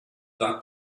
that